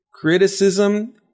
Criticism